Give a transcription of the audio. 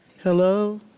Hello